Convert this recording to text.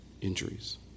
injuries